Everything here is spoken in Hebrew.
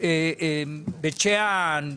אם בית שאן,